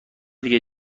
دیگه